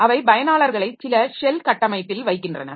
அவை பயனாளர்களை சில ஷெல் கட்டமைப்பில் வைக்கின்றன